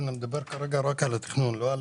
ואני מדבר כרגע רק על התכנון ולא על